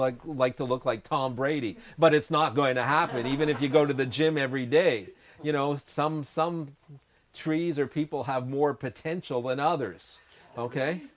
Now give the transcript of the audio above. like like to look like tom brady but it's not going to happen even if you go to the gym every day you know some some trees are people have more potential than others ok